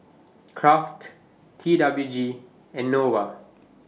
Kraft T W G and Nova